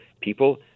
people